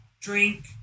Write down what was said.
drink